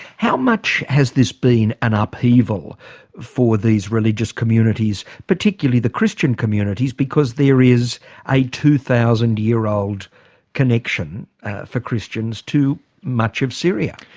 how much has this been an upheaval for these religious communities, particularly the christian communities because there is a two thousand year old connection for christians to much of syria?